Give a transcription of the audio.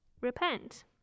Repent